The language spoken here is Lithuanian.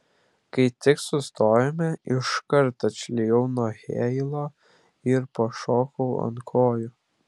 kai tik sustojome iškart atšlijau nuo heilo ir pašokau ant kojų